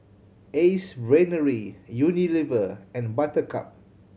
Ace Brainery Unilever and Buttercup